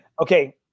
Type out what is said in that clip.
okay